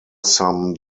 some